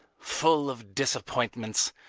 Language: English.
full of disappointments,